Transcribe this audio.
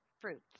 fruits